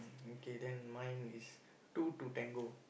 mm okay then mine is two to tango